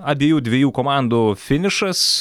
abiejų dviejų komandų finišas